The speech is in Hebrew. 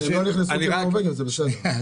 אני רק